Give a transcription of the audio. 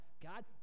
God